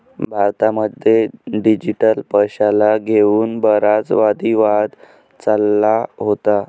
भारतामध्ये डिजिटल पैशाला घेऊन बराच वादी वाद चालला होता